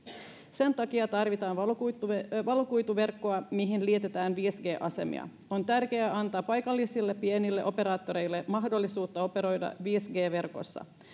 sen takia tarvitaan valokuituverkkoa valokuituverkkoa mihin liitetään viisi g asemia on tärkeää antaa paikallisille pienille operaattoreille mahdollisuus operoida viisi g verkossa